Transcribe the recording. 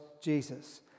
Jesus